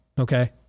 Okay